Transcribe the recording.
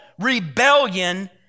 rebellion